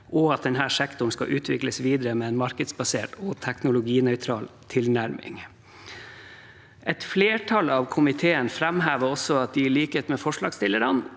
denne sektoren skal utvikles videre med en markedsbasert og teknologinøytral tilnærming. Et flertall i komiteen framhever at de i likhet med forslagsstillerne